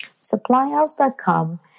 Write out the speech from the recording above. SupplyHouse.com